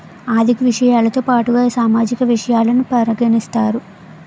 ఆర్థిక విషయాలతో పాటుగా సామాజిక విషయాలను పరిగణిస్తారు